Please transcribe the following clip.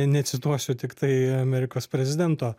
necituosiu tiktai amerikos prezidento